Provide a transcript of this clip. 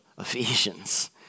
Ephesians